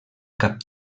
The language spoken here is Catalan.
cap